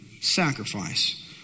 sacrifice